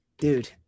Dude